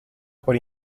por